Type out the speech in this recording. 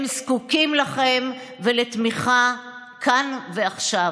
הם זקוקים לכם ולתמיכה כאן ועכשיו.